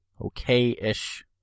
okay-ish